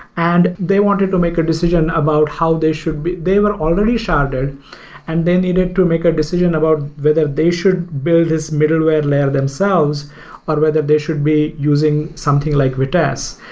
and they wanted to make a decision about how they should they were already sharded and they needed to make a decision about whether they should build this middleware layer themselves or whether they should be using something like vitess.